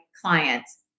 clients